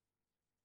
ברוך הבא.